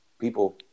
people